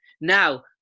now